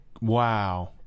wow